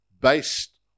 based